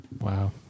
Wow